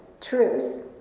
truth